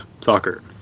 soccer